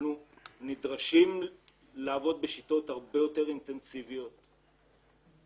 אנחנו נדרשים לעבוד בשיטות אינטנסיביות הרבה יותר,